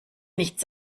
nichts